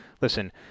Listen